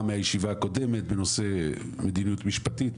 מהישיבה הקודמת בנושא מדיניות משפטית,